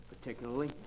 particularly